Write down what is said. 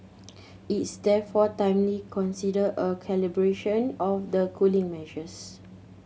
it is therefore timely consider a calibration of the cooling measures